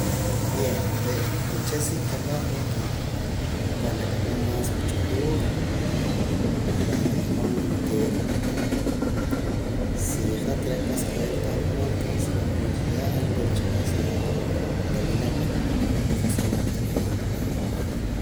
Bien re' uche' sí nkamaj porque reh na q'amaam más wach juuj reh na q'amaam oontera porque si hat re' aka pa escuela tah mood entonces reh universidad ah na nrilicha más la winaq profesional taqee'.